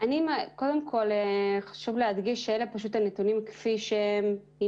חשוב להדגיש שאלה פשוט הנתונים כפי שהם.